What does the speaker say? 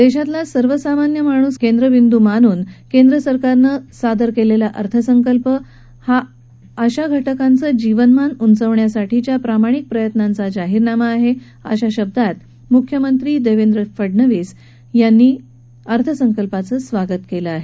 देशातील सर्वसामान्य माणूस केंद्रबिंदू मानून केंद्र सरकारनं सादर केलेला अर्थसंकल्प हा अशा घटकांचं जीवनमान उंचावण्यासाठीच्या प्रामाणिक प्रयत्नांचा जाहीरनामा आहे अशा शब्दात मुख्यमंत्री देवेंद्र फडनवीस यांनी अर्थसंकल्पाचं स्वागत केलं आहे